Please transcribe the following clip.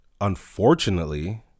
unfortunately